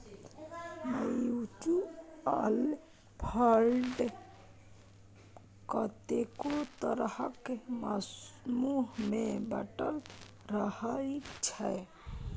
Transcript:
mutual fund कतेको तरहक समूह मे बाँटल रहइ छै